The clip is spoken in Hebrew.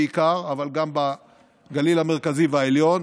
אבל גם בגליל המרכזי והעליון,